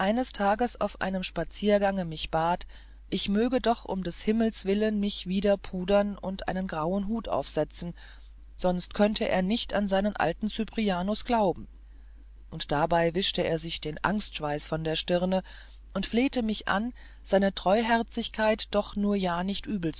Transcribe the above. tages auf einem spaziergange mich bat ich möge doch um des himmels willen mich wieder pudern und einen grauen hut aufsetzen sonst könne er nicht an seinen alten cyprianus glauben und dabei wischte er sich den angstschweiß von der stirne und flehte mich an seine treuherzigkeit doch nur ja nicht